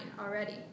already